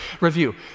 review